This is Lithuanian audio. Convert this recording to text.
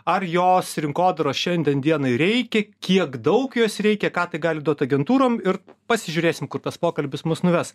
ar jos rinkodaros šiandien dienai reikia kiek daug jos reikia ką tai gali duot agentūrom ir pasižiūrėsim kur tas pokalbis mus nuves